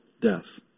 death